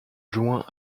juin